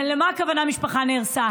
למה הכוונה המשפחה נהרסה?